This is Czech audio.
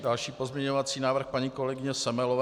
Další pozměňovací návrh paní kolegyně Semelové.